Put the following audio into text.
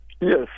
Yes